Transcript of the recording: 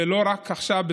ולא רק עכשיו,